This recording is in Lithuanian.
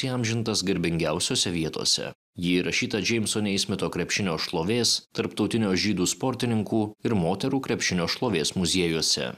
įamžintas garbingiausiose vietose ji įrašyta džeimso neismeto krepšinio šlovės tarptautinio žydų sportininkų ir moterų krepšinio šlovės muziejuose